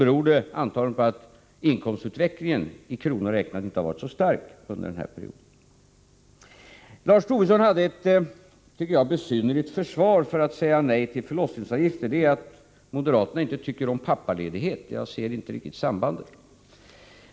beror det antagligen på att inkomstutvecklingen i kronor räknat inte har varit så stark under den här perioden. Lars Tobisson hade ett besynnerligt försvar för att säga nej till förlossningsavgifter — att moderaterna inte tycker om pappaledighet. Jag ser inte riktigt sambandet.